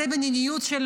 זו המדיניות שלו,